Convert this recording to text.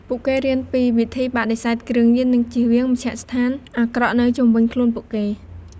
ពួកគេរៀនពីវិធីបដិសេធគ្រឿងញៀន និងជៀសវាងមជ្ឈដ្ឋានអាក្រក់នៅជុំវិញខ្លួនពួកគេ។